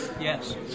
Yes